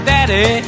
Daddy